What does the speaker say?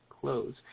Close